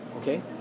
Okay